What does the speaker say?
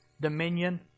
dominion